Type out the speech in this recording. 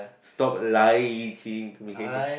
stop lying to me